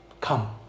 come